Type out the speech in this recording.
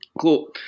Cool